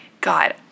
God